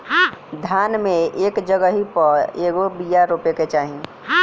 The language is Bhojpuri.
धान मे एक जगही पर कएगो बिया रोपे के चाही?